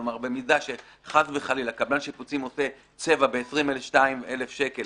כלומר במידה שחלילה קבלן שיפוצים עושה צבע ב-22,000 שקל